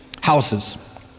houses